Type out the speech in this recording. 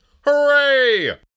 Hooray